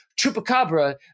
Chupacabra